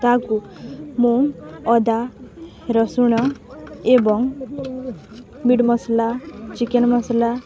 ତାକୁ ମୁଁ ଅଦା ରସୁଣ ଏବଂ ମିଟ୍ ମସଲା ଚିକେନ୍ ମସଲା